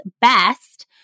best